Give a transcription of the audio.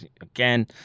again